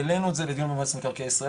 העלינו את זה לדיון במועצת מקרקעי ישראל